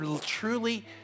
truly